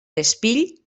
espill